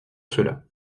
cela